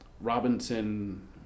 Robinson